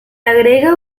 agrega